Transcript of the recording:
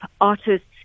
artists